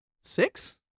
six